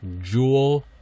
Jewel